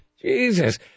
Jesus